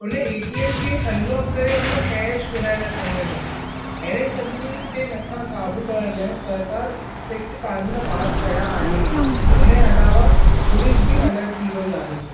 उन एटीएम खे अनलॅाक करे उन मां कैश चुराए था खणी वञनि अहिड़नि सभिनी जे मथां काबू करण लाइ सरकारु स्ट्रिक्ट कानून पास कया आहिनि हुन जे अलावा पुलिस बि अलर्ट थी वई आहे